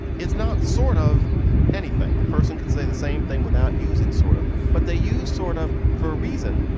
is not sort of anything. the person could say the same thing without using sort of. but they use sort of for a reason.